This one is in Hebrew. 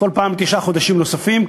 כל פעם בתשעה חודשים נוספים,